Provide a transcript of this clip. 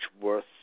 worth